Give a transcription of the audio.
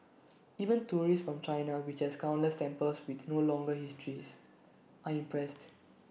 even tourists from China which has countless temples with no longer histories are impressed